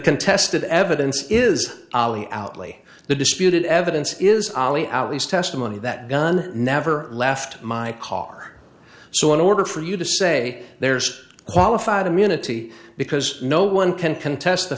contested evidence is out lee the disputed evidence is ali out his testimony that dunn never left my car so in order for you to say there's a qualified immunity because no one can contest the